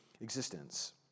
existence